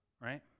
right